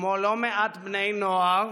כמו לא מעט בני נוער